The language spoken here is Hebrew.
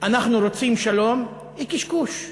"אנחנו רוצים שלום" היא קשקוש.